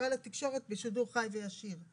לתקשורת בשידור חי וישיר.